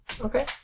okay